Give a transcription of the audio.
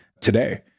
today